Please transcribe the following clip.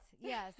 yes